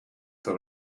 that